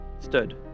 stood